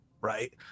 right